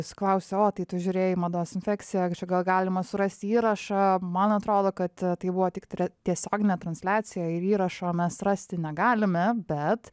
jis klausia o tai tu žiūrėjai mados infekcija čia gal galima surasti įrašą man atrodo kad tai buvo tik tiesioginė transliacija ir įrašo mes rasti negalime bet